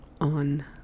on